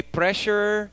pressure